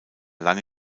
lange